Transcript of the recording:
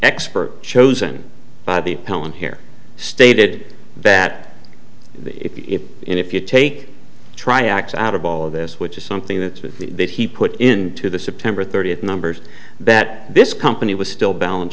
expert chosen by the helen here stated that the if in if you take tri x out of all of this which is something that the that he put in to the september thirtieth numbers that this company was still balance